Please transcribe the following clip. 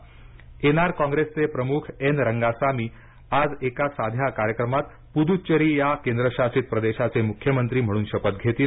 पुदुच्चेरी शपथविधी N R कॉंग्रेसचे प्रमुख एन रंगासामी आज एका साध्या कार्यक्रमात पुदुच्चेरी या केंद्रशासित प्रदेशाचे मुख्यमंत्री म्हणून शपथ घेतील